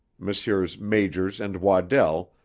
messrs. majors and waddell,